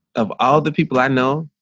of all the people i know.